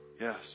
yes